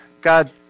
God